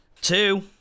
two